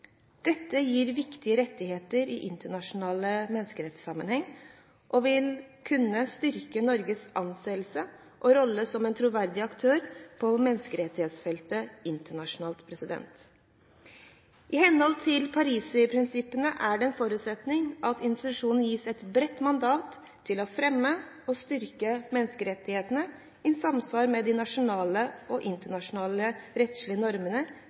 Dette gir viktige rettigheter i internasjonal menneskerettssammenheng, og vil kunne styrke Norges anseelse og rolle som en troverdig aktør på menneskerettighetsfeltet internasjonalt. I henhold til Paris-prinsippene er det en forutsetning at institusjonen gis et bredt mandat til å fremme og styrke menneskerettighetene i samsvar med de nasjonale og internasjonale rettslige normene